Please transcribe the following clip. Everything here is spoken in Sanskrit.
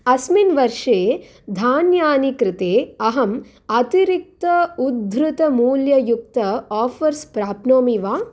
अस्मिन् वर्षे धान्यानि कृते अहम् अतिरिक्त उद्धृतमूल्ययुक्त आफ़र्स् प्राप्नोमि वा